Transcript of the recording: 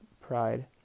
pride